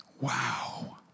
Wow